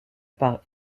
parts